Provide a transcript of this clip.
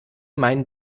meinen